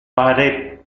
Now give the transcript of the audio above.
pare